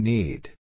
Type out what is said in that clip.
Need